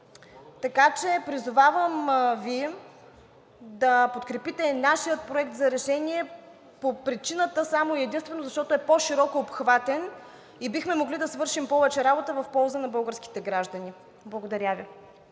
на ДДС. Призовавам Ви да подкрепите нашия проект за решение по причината само и единствено защото е по-широкообхватен и бихме могли да свършим повече работа в полза на българските граждани. Благодаря Ви.